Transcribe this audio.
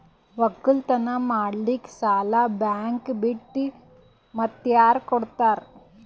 ಒಕ್ಕಲತನ ಮಾಡಲಿಕ್ಕಿ ಸಾಲಾ ಬ್ಯಾಂಕ ಬಿಟ್ಟ ಮಾತ್ಯಾರ ಕೊಡತಾರ?